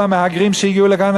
כל המהגרים שהגיעו לכאן,